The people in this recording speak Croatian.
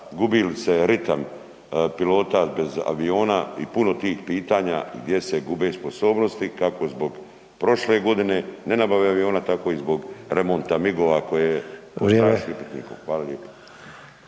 Gubi li se ritam pilota bez aviona i puno tih pitanja gdje se gube sposobnosti kako zbog prošle godine ne nabave aviona, tako i zbog remonta MIG-ova koje je … upitnikom? Hvala lijepo.